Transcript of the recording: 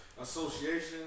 association